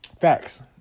facts